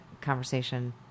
conversation